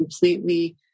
completely